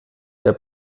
der